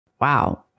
Wow